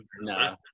No